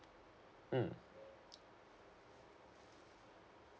mm